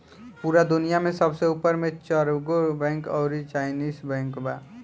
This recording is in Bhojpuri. पूरा दुनिया में सबसे ऊपर मे चरगो बैंक अउरी चाइनीस बैंक बा